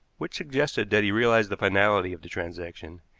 which suggested that he realized the finality of the transaction,